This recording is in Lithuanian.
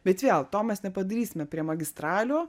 bet vėl to mes nepadarysime prie magistralių